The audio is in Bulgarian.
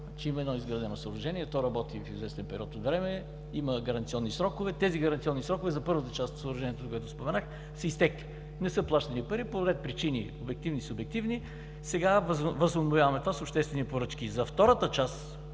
Има едно изградено съоръжение, то работи в известен период от време, има гаранционни срокове. Тези гаранционни срокове за първата част от съоръжението, за което споменах, са изтекли. Не са плащани пари по ред причини – обективни, субективни. Сега възобновяваме това с обществени поръчки. За втората част